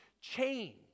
change